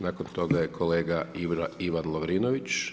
Nakon toga je kolega Ivan Lovrinović.